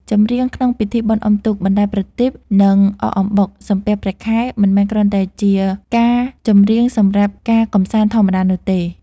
ចម្រៀងក្នុងពិធីបុណ្យអុំទូក បណ្តែតប្រទីប និងអកអំបុក សំពះព្រះខែ មិនមែនគ្រាន់តែជាការចម្រៀងសម្រាប់ការកម្សាន្តធម្មតានោះទេ។